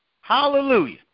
Hallelujah